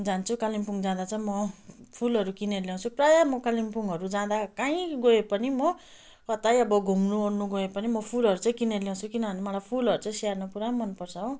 जान्छु कालिम्पोङ जाँदा चाहिँ म फुलहरू किनेर ल्याउँछु प्राय म कालिम्पोङहरू जाँदा काहीँ गए पनि म कतै अब घुम्नुओर्नु गए पनि म फुलहरू चाहिँ किनेर ल्याउँछु किन भने मलाई फुलहरू चाहिँ स्याहार्नु पुरा मन पर्छ हो